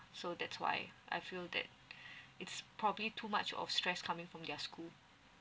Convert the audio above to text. so that's why I feel that it's probably too much of stress coming from their school